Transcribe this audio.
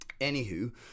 Anywho